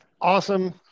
awesome